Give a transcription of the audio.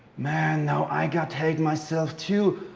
man, now i got hate myself too.